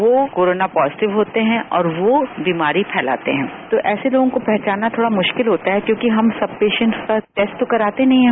वह corona positive होते हैं और वह बीमारी फैलाते हैं तो ऐसे लोगों को पहचानना थोक्षा मुश्किल होता है क्योंकि हम सब पेशेंट्स के साथ टेस्ट तो कराते नहीं हैं